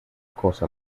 cosa